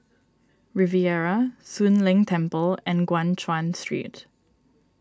Riviera Soon Leng Temple and Guan Chuan Street